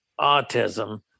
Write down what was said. autism